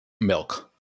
milk